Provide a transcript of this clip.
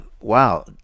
wow